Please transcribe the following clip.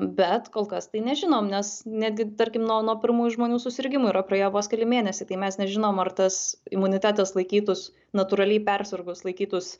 bet kol kas tai nežinom nes netgi tarkim nuo nuo pirmųjų žmonių susirgimų yra praėję vos keli mėnesiai tai mes nežinom ar tas imunitetas laikytus natūraliai persirgus laikytus